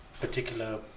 particular